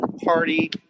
party